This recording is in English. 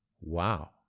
wow